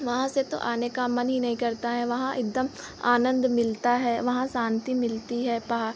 वहाँ से तो आने का मन ही नहीं करता है वहाँ एक दम आनन्द मिलता है वहाँ शांति मिलती है वहाँ